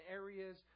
areas